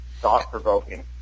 thought-provoking